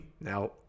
now